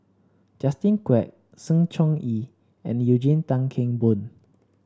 Justin Quek Sng Choon Yee and Eugene Tan Kheng Boon